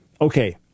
Okay